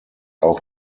auch